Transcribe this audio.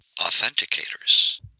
authenticators